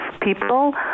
people